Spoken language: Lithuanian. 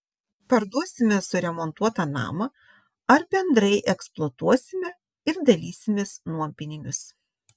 parduosime suremontuotą namą ar bendrai eksploatuosime ir dalysimės nuompinigius